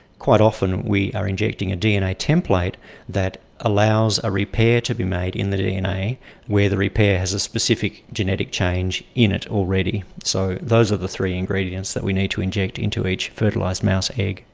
quite often we are injecting a dna template that allows a repair to be made in the dna where the repair has a specific genetic change in it already. so those are the three ingredients that we need to inject into each fertilised mouse egg.